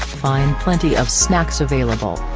find plenty of snacks available.